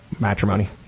matrimony